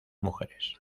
mujeres